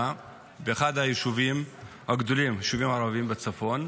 באחד היישובים הערביים הגדולים בצפון.